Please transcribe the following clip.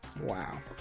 Wow